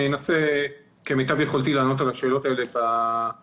אני אנסה כמיטב יכולתי לענות על השאלות האלה בשקפים